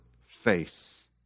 face